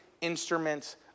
instruments